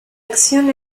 acción